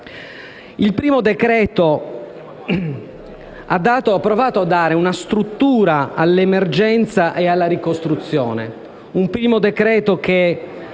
Il primo decreto-legge, che ha provato a dare struttura all'emergenza e alla ricostruzione,